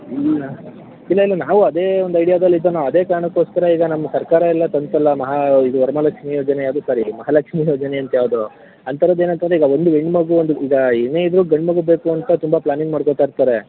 ಇಲ್ಲ ಇಲ್ಲ ಇಲ್ಲ ನಾವು ಅದೇ ಒಂದು ಐಡಿಯಾದಲ್ಲಿ ಇದ್ದು ನಾವು ಅದೇ ಕಾರಣಕ್ಕೋಸ್ಕರ ಈಗ ನಮ್ಮ ಸರ್ಕಾರ ಎಲ್ಲ ತಂತಲ್ಲ ಮಹಾ ಇದು ವರಮಹಾಲಕ್ಷ್ಮಿ ಯೋಜನೆ ಅದು ಸರಿಯಲ್ಲ ಮಹಾಲಕ್ಷ್ಮಿ ಯೋಜನೆ ಅಂತೇ ಅದು ಆ ಥರದ ಏನು ಅಂತಂದರೆ ಈಗ ಅದು ಒಂದು ಹೆಣ್ಣು ಮಗು ಈಗ ಏನೇ ಇದ್ದರೂ ಗಂಡು ಮಗು ಬೇಕು ಅಂತ ತುಂಬಾ ಪ್ಲಾನಿಂಗ್ ಮಾಡ್ಕೋತಾ ಇರ್ತಾರೆ